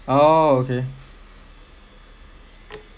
oh okay